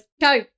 go